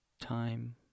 time